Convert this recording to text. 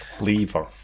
lever